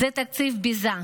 זה תקציב ביזה.